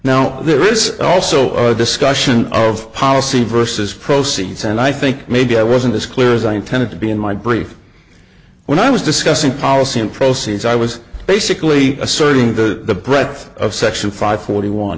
no there is also a discussion of policy versus proceeds and i think maybe i wasn't as clear as i intended to be in my brief when i was discussing policy in proces i was basically asserting the breadth of section five forty one